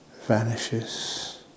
vanishes